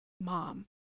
mom